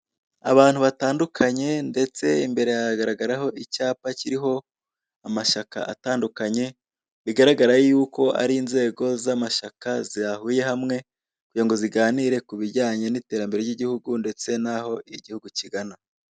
Abantu batandukanye ndetse imbere haragaragaraho icyapa kiriho amashyaka atandukanye, bigaragara yuko ari inzego z'amashyaka zahuye hamwe kugira ngo ziganire ku bijyanye n'iterambere ry'igihugu ndetse n'aho igihugu kigana.